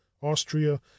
Austria